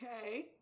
Okay